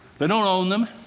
they don't own them.